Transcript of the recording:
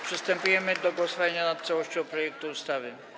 Przystępujemy do głosowania na całością projektu ustawy.